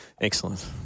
Excellent